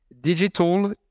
Digital